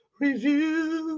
review